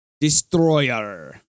Destroyer